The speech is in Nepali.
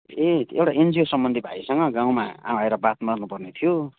ए एउटा एनजिओ सम्बन्धी भाइसँग गाउँमा आएर बात मार्नुपर्ने थियो